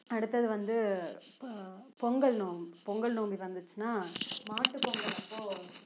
அடுத்தது வந்து பொங்கல் நோம்பி பொங்கல் நோம்பி வந்துச்சுன்னா மாட்டு பொங்கல் அப்போது இது